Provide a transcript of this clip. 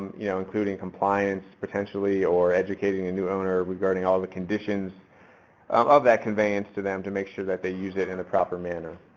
you know, including compliance potentially or educating a new owner regarding all the conditions of that conveyance to them to make sure that they use it in a proper manner.